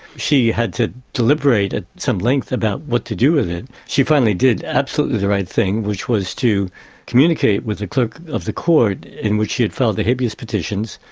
she had to deliberate at some length about what to do with it. she finally did absolutely the right thing, which was to communicate with the clerk of the court in which she'd filed the habeas petitions.